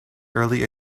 early